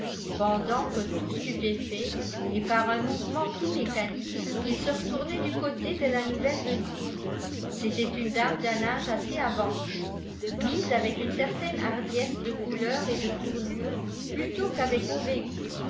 pendant que tout stupéfait et par un mouvement tout mécanique il se retournait du côté de la nouvelle venue c'était une dame d'un âge assez avancé mise avec une certaine hardiesse de couleur et de tournure plutôt qu'avec mauvais goût